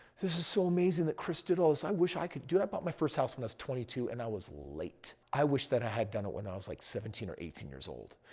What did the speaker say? this is so amazing that kris did all this. i wish i could do it. i bought my first house when i was twenty two and i was late. i wish that i had done it when i was like seventeen or eighteen years old.